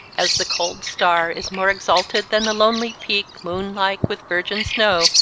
as the cold star is more exalted than the lonely peak, moon-like with virgin snow,